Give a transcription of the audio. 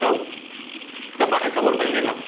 त त पां खे ख़बर पवंदी न